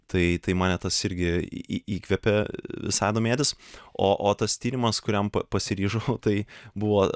tai mane tas irgi įkvepia visai domėtis o o tas tyrimas kuriam pasiryžo tai buvo